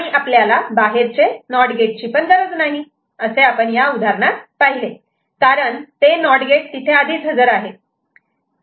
आणि आपल्याला बाहेरचे नॉट गेट ची गरज नाही जसे आपण या उदाहरणात पाहिले कारण ते नॉट गेट तिथे आधीच हजर आहेत